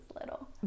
little